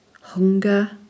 hunger